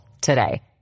today